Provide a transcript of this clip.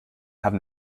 have